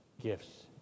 gifts